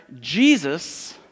Jesus